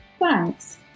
Thanks